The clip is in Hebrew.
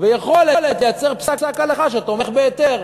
ויכולת לייצר פסק הלכה שתומך בהיתר.